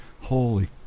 holy